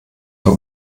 für